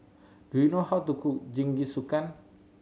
do you know how to cook Jingisukan